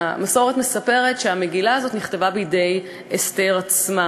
והמסורת מספרת שהמגילה הזאת נכתבה בידי אסתר עצמה: